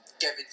Kevin